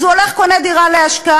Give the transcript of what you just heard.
אז הוא הולך וקונה דירה להשקעה,